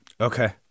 Okay